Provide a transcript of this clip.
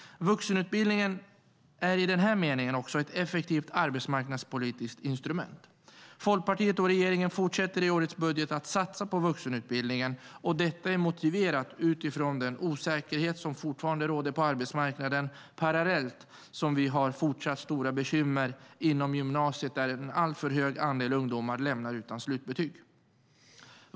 Vuxenutbildningen är i den här meningen ett effektivt arbetsmarknadspolitiskt instrument. Folkpartiet och regeringen fortsätter att i årets budget satsa på vuxenutbildningen. Det är motiverat utifrån den osäkerhet som fortfarande råder på arbetsmarknaden. Parallellt har vi fortsatt stora bekymmer inom gymnasiet. En alltför hög andel ungdomar lämnar gymnasiet utan slutbetyg.